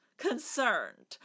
Concerned